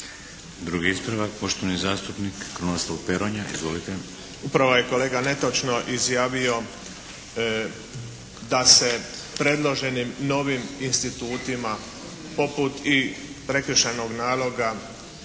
Drugi ispravak, poštovani zastupnik Krunoslav Peronja. Izvolite. **Peronja, Kruno (HDZ)** Upravo je kolega netočno izjavio da se predloženim novim institutima poput i prekršajnog naloga